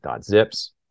.zips